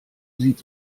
sieht